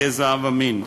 גזע ומין,